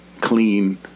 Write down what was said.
clean